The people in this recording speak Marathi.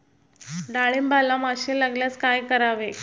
डाळींबाला माशी लागल्यास काय करावे?